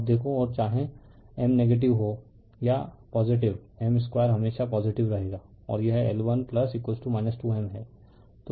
अब देखो और चाहे M नेगेटिव हो या पॉजिटिव M 2 हमेशा पॉजिटिव रहेगा और यह L1 2 m है